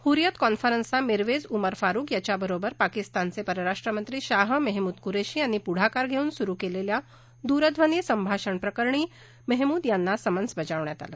हुरियत कॉन्फरन्सचा मिरवेझ उमर फारुक यांच्याबरोबर पाकिस्तानचे परराष्ट्र मंत्री शाह मेहमूद कुरेशी यांनी पुढाकार घेऊन सुरु केलेल्या दूरध्वनी संभाषण प्रकरणी मेहमूद यांना समन्स बजावण्यात आलं